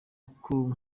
uko